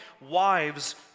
wives